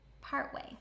partway